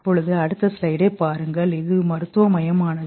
இது மருத்துவமயமானது